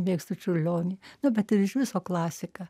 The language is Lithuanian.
mėgstu čiurlionį nu bet ir iš viso klasika